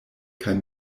kaj